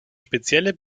spezielle